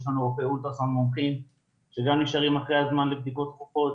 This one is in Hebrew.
לנו רופאי אולטרסאונד מומחים שגם נשארים עד מאוחר לבדיקות דחופות,